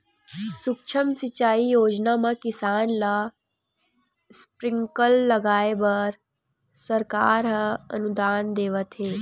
सुक्ष्म सिंचई योजना म किसान ल स्प्रिंकल लगाए बर सरकार ह अनुदान देवत हे